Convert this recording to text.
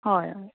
हय